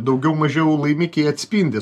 daugiau mažiau laimikiai atspindi